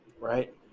right